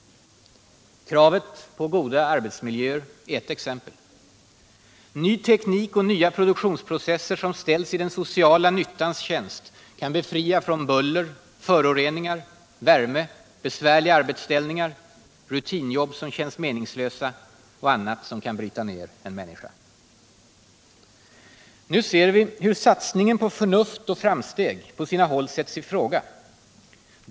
Kravet på goda arbetsmiljöer är ett exempel. Ny teknik och nya produktionsprocesser som ställs i den sociala nyttans tjänst kan befria från buller, föroreningar, värme, besvärliga arbetsställningar, rutinjobb som känns meningslösa och annat som bryter ner en människa. Nu ser vi hur satsningen på förnuft och framsteg på sina håll sätts i fråga.